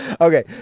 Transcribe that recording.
Okay